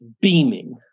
beaming